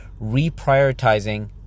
reprioritizing